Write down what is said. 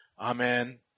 Amen